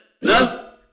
No